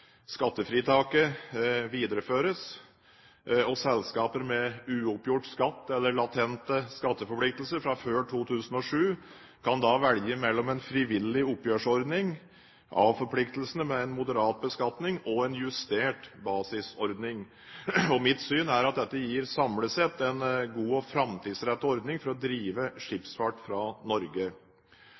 frivillig oppgjørsordning av forpliktelsene med en moderat beskatning og en justert basisordning. Mitt syn er at dette samlet sett gir en god og framtidsrettet ordning for å drive skipsfart fra Norge.